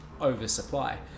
oversupply